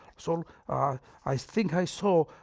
so ah i think i saw,